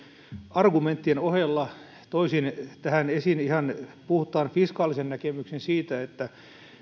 argumenttien ohella toisin esiin ihan puhtaan fiskaalisen näkemyksen siitä että